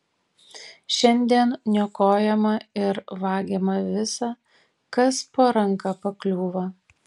šiandien niokojama ir vagiama visa kas po ranka pakliūva